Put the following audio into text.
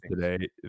today